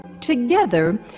Together